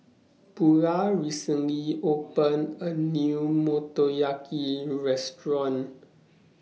Bulah recently opened A New Motoyaki Restaurant